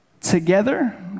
together